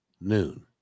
noon